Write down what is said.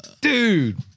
dude